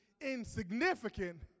insignificant